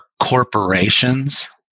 corporations